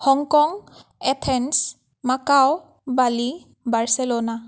Hong Kong Athens Macau Bali Barcelona